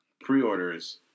pre-orders